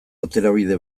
aterabide